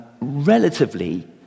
relatively